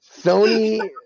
Sony